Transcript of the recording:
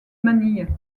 manille